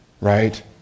right